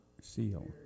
Seal